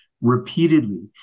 repeatedly